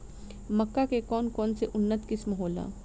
मक्का के कौन कौनसे उन्नत किस्म होला?